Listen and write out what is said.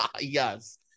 yes